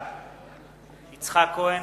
בעד יצחק כהן,